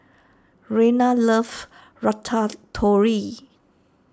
Rayna loves Ratatouille